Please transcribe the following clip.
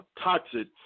toxic